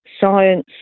science